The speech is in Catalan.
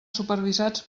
supervisats